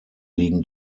liegen